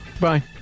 Bye